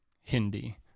Hindi